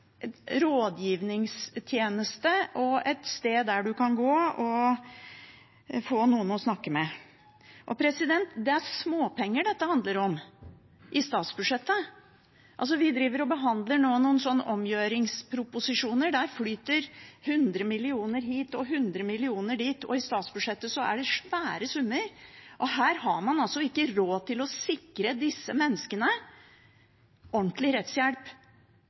sted der man kan gå og få noen å snakke med. Det er småpenger dette handler om i statsbudsjettet. Vi driver nå og behandler noen omgjøringsproposisjoner, der flyter 100 mill. kr hit og 100 mill. kr dit, og i statsbudsjettet er det svære summer. Og her har man ikke råd til å sikre disse menneskene ordentlig rettshjelp,